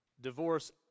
divorce